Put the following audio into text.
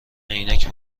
عینک